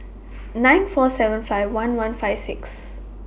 nine four seven five one one five six